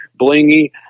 blingy